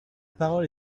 parole